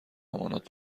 امانات